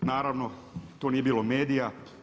Naravno tu nije bilo medija.